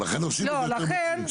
ולכן עושים את זה יותר בצמצום.